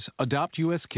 AdoptUSKids